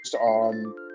on